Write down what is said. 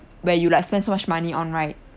where you like spend so much money on right